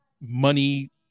money –